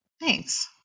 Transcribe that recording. Thanks